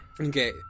Okay